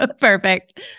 Perfect